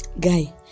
guy